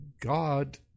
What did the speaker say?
God